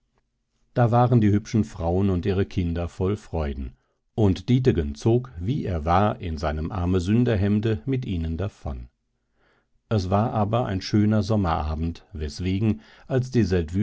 da waren die hübschen frauen und ihre kinder voll freuden und dietegen zog wie er war in seinem armsünderhemde mit ihnen davon es war aber ein schöner sommerabend weswegen als die